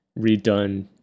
redone